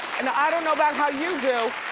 and i don't know about how you do,